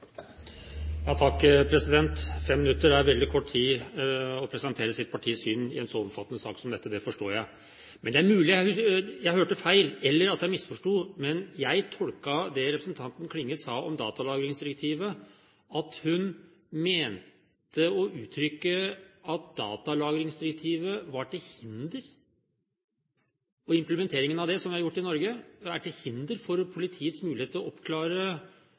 veldig kort tid på å presentere sitt partis syn i en så omfattende sak som denne. Det forstår jeg. Det er mulig jeg hørte feil, eller at jeg misforsto, men jeg tolket det representanten Klinge sa om datalagringsdirektivet, dit hen at hun mente å uttrykke at datalagringsdirektivet og implementeringen av det, som vi har gjort i Norge, vil være til hinder for politiets mulighet til å oppklare